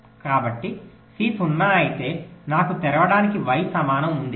కాబట్టి సి 0 అయితే నాకు తెరవడానికి Y సమానం ఉంది